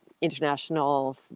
international